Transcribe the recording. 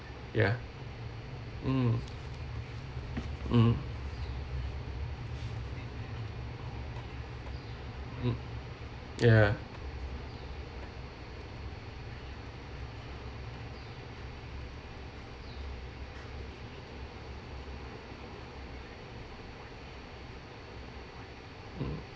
ya mm mm mm ya mm